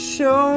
Show